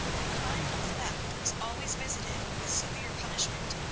the crime of theft was always visited with severe punishment,